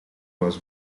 was